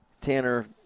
Tanner